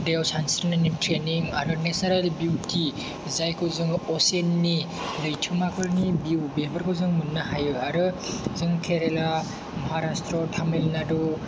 दैयाव सानस्रिनायनि ट्रेनिं आरो नेसारेल बिउटि जायखौ जों असिननि लैथोमाफोरनि भिउ बेफोरखौ जों मोननो हायो आरो जों केरेला महारास्त्र टामिल नाडु